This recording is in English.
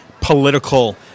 political